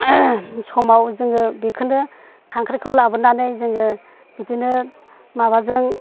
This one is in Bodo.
समाव जों बेखौनो खांख्रायखौ लाबोनानै जोङो बिदिनो माबाजों